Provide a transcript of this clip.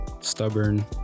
stubborn